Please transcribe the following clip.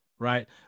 Right